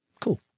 Cool